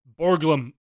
Borglum